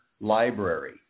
library